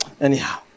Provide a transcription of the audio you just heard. anyhow